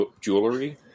jewelry